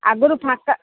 ଆଗରୁ ଫାଙ୍କା